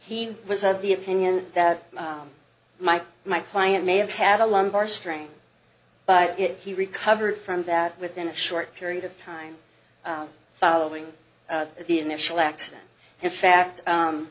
he was of the opinion that my my client may have had a lumbar strain but he recovered from that within a short period of time following the initial accident in fact